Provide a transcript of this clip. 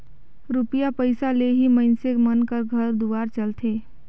रूपिया पइसा ले ही मइनसे मन कर घर दुवार चलथे